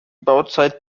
bauzeit